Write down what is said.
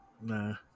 Nah